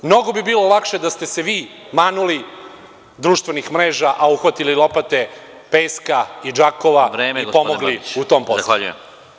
Mnogo bi bilo lakše da ste se vi manuli društvenih mreža, a uhvatili lopate, peska i džakova i pomogli u tom poslu.